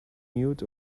newt